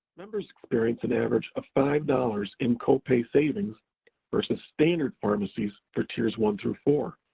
members experience an average of five dollars in copay savings versus standard pharmacies for tiers one through four.